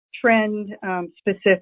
trend-specific